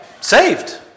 Saved